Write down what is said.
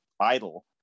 idle